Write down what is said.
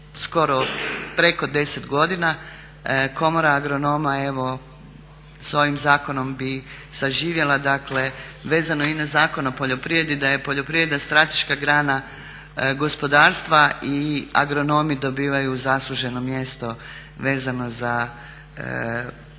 skoro preko 10 godina. Komora agronoma evo sa ovim zakonom bi saživjela. Dakle vezano i na Zakon o poljoprivredi da je poljoprivreda strateška grana gospodarstva i agronomi dobivaju zasluženo mjesto vezano za ono čime